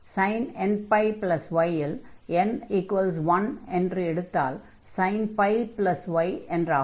sin nπy இல் n 1 என்று எடுத்தால் sin πy என்றாகும்